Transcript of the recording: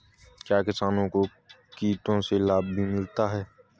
क्या किसानों को कीटों से लाभ भी मिलता है बताएँ?